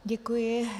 Děkuji.